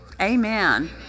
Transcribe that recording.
Amen